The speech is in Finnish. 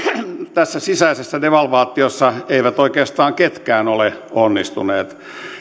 tässä sisäisessä devalvaatiossa eivät oikeastaan ketkään ole onnistuneet